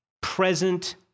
present